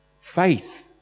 Faith